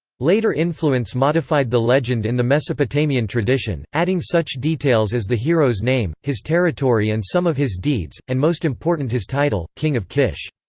later influence modified the legend in the mesopotamian tradition, adding such details as the hero's name, his territory and some of his deeds, and most important his title, king of kish.